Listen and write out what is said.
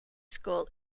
school